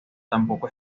tampoco